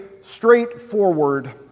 straightforward